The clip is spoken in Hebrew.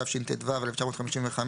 התשט"ו-1955,